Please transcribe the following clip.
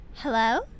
Hello